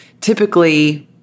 typically